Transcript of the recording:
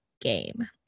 game